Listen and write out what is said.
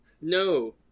No